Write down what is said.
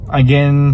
again